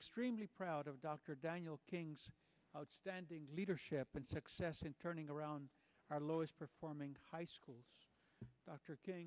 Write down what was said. extremely proud of dr daniel king's outstanding leadership and success in turning around our lowest performing high schools dr king